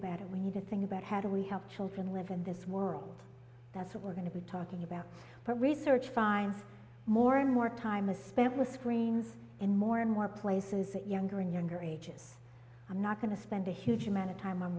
about it we need to think about how do we help children live in this world that's what we're going to be talking about for research finds more and more time is spent with screens in more and more places that younger and younger ages i'm not going to spend a huge amount of time